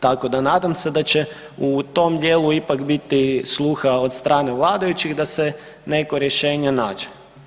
Tako da nadam se da će u tom djelu ipak biti sluha od strane vladajućih, da se neko rješenje nađe.